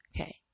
Okay